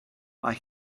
mae